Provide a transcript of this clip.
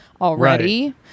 already